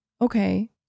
Okay